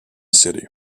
city